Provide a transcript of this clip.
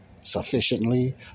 sufficiently